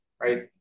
right